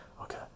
Okay